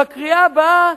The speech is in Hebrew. בקריאה הבאה,